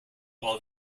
while